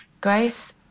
Grace